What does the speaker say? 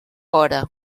hora